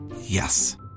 Yes